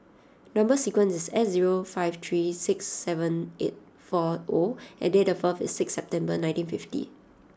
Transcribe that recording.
number sequence is S zero five three six seven eight four O and date of birth is six September nineteen fifty